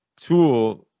tool